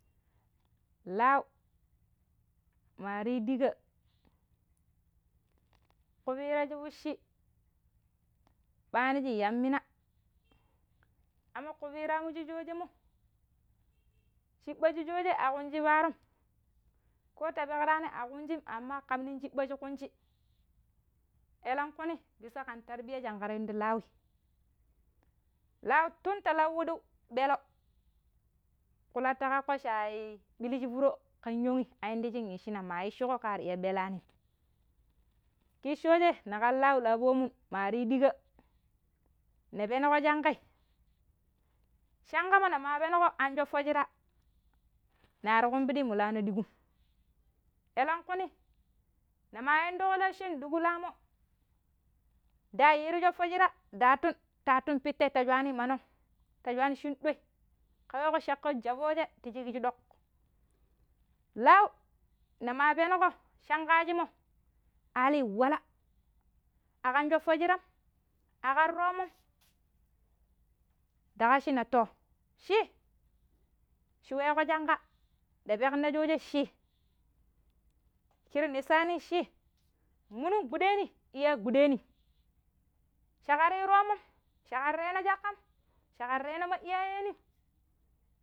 ﻿Lau maaru ɗiika̱ ku piira shi fucci ɓaniji yamina, aman ƙu piira shi shojemo shiɓa̱ shi shoje a ƙunji param koh ta peƙrani a ƙunjim aman ƙam nong shiɓa̱ shi ƙunji, elengƙunni bisa ƙan tarbiya jan karantu lawi, lau tun tala huɗu ɓelo ƙulataƙoƙo̱ shai ɓilijin foro ƙan yong'i i'ndijin shina ma ishƙero ƙari ƙballo ɓela̱nim kiji shoje na gan lau la̱ pa̱mun ma yu ɗika ni penuƙo shanƙai, shakamo nima penuƙo an shoopo shira nari ƙumbidi mu laana ɗigum elengƙunni lamo nda yiiru shon duƙulamo nda yiri yofo jira ndatu tatun pitte ta swani manong ta swani shinu ɗoi ƙaweƙo shaƙƙo jafuje ti shiki duƙ lau nima penoƙo shanƙajimo alin wala, akam shopo shiram, akan roomon nda ƙashi na toh shii, shi weƙo shanƙa ndapeƙ na shoje shi, shiri misani shin munungbudeni iyai gbudeni shiƙaryu roomon shiuƙar raina shakam, shiƙar raina ma iyayenum.